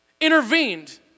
intervened